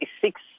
six